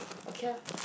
okay lah